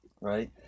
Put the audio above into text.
right